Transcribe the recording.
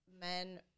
men